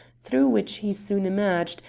through which he soon emerged,